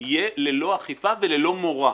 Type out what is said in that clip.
תהיה ללא אכיפה וללא מורא.